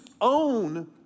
own